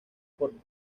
por